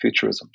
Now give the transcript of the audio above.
futurisms